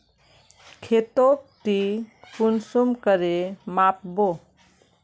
खेतोक ती कुंसम करे माप बो?